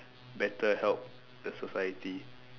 better help the society